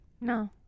No